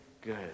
good